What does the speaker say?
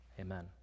amen